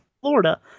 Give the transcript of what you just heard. Florida